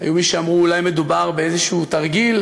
היו מי שאמרו: אולי מדובר באיזשהו תרגיל,